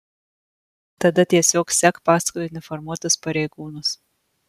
tada tiesiog sek paskui uniformuotus pareigūnus